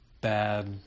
bad